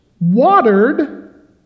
watered